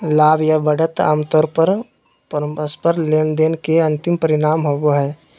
लाभ या बढ़त आमतौर पर परस्पर लेनदेन के अंतिम परिणाम होबो हय